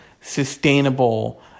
sustainable